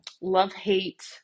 love-hate